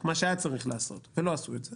מה שהיה צריך לעשות ולא עשו את זה